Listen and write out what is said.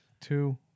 Two